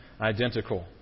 identical